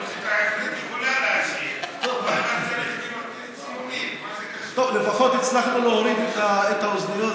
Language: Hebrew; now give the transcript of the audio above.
טוב, לפחות הצלחנו להוריד את האוזניות.